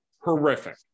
horrific